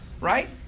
Right